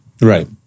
Right